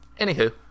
Anywho